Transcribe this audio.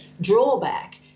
drawback